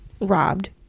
robbed